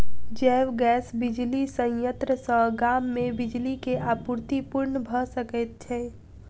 जैव गैस बिजली संयंत्र सॅ गाम मे बिजली के आपूर्ति पूर्ण भ सकैत छै